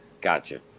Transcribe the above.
Gotcha